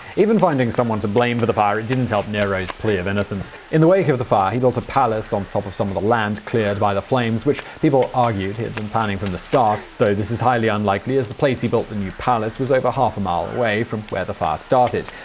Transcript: even finding someone to blame for the fire didn't help nero's plea of innocence. in the wake of the fire, he built a palace on top of some of the land cleared by the flames, which people argued he had been planning from the start, though this is highly unlikely as the place he built the new palace was over a half mile away from where the fire started.